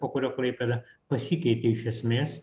po kurio klaipėda pasikeitė iš esmės